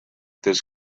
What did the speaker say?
this